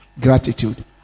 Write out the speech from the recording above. Gratitude